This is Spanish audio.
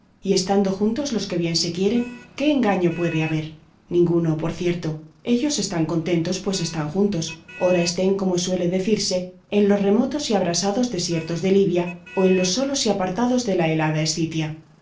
y estando juntos los que bien se quieren qué engaño puede haber ninguno por cierto ellos están contentos pues están juntos ora estén como suele decirse en los remotos y abrasados desiertos de libia o en los solos y apartados de la helada scitia